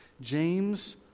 James